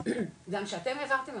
גם שאתם העברתם,